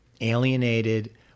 alienated